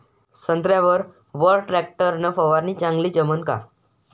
संत्र्यावर वर टॅक्टर न फवारनी चांगली जमन का?